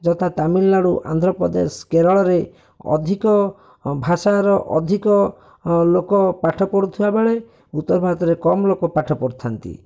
ଯଥା ତାମିଲନାଡ଼ୁ ଆନ୍ଧ୍ରପ୍ରଦେଶ କେରଳରେ ଅଧିକ ଭାଷାର ଅଧିକ ଲୋକ ପାଠ ପଢ଼ୁଥିବା ବେଳେ ଉତ୍ତର ଭାରତରେ କମ୍ ଲୋକ ପାଠ ପଢ଼ିଥାନ୍ତି